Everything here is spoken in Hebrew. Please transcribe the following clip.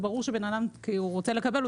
ברור שבן אדם שרוצה לקבל,